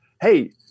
hey